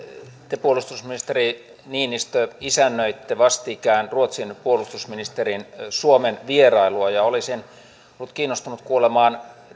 te puolustusministeri niinistö isännöitte vastikään ruotsin puolustusministerin suomen vierailua olisin ollut kiinnostunut kuulemaan